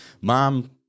mom